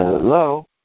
Hello